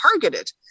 targeted